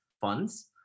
funds